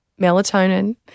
melatonin